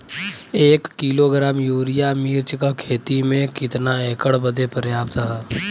एक kilogram urea मिर्च क खेती में कितना एकड़ बदे पर्याप्त ह?